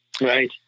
Right